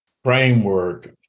framework